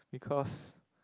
because